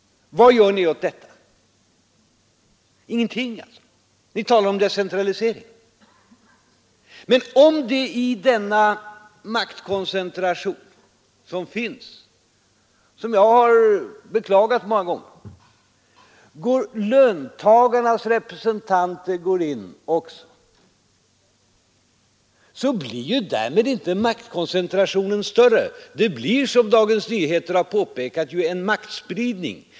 Vad gör ni åt detta? Ingenting alls! Ni talar om decentralisering. Men om i denna maktkoncentration — som finns och som jag har beklagat många gånger — löntagarnas representanter går in, blir därmed inte maktkoncentrationen större. Det blir, som Dagens Nyheter påpekat, en maktspridning.